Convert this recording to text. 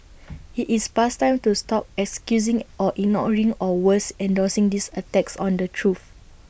IT is past time to stop excusing or ignoring or worse endorsing these attacks on the truth